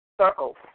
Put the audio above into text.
circles